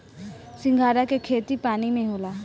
सिंघाड़ा के खेती पानी में होला